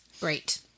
Great